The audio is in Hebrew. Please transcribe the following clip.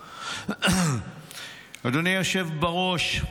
אדוני היושב בראש,